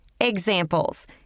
Examples